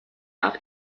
auch